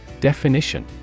Definition